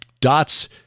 dots